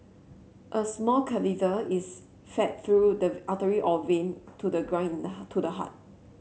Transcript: a small catheter is fed through the artery or vein to the groin to the heart